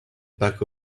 back